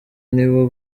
nibo